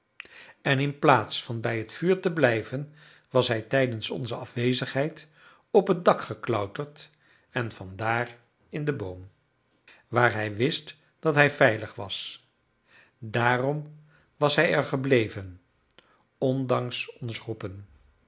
en inplaats van bij het vuur te blijven was hij tijdens onze afwezigheid op het dak geklauterd en vandaar in den boom waar hij wist dat hij veilig was daarom was hij er gebleven ondanks ons roepen